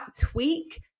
tweak